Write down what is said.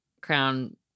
crown